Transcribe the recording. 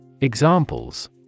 Examples